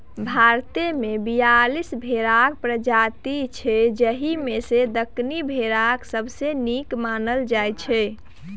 भारतमे बीयालीस भेराक प्रजाति छै जाहि मे सँ दक्कनी भेराकेँ सबसँ नीक मानल जाइ छै